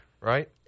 right